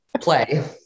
play